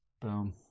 Boom